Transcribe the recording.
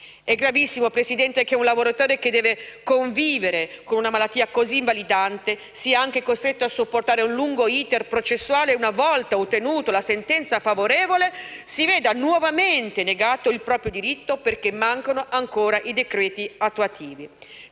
È gravissimo, signora Presidente, che un lavoratore che deve convivere con una malattia così invalidante sia anche costretto a sopportare un lungo *iter* processuale e, una volta ottenuta la sentenza favorevole, si veda nuovamente negato il proprio diritto, perché mancano ancora i decreti attuativi.